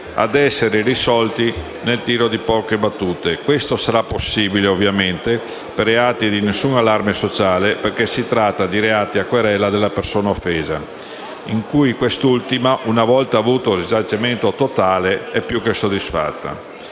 ad essere risolti nel tiro di poche battute. Questo sarà possibile, ovviamente, per i reati di nessun allarme sociale, perché si tratta di reati a querela della persona offesa, in cui quest'ultima, una volta avuto risarcimento totale, è più che soddisfatta.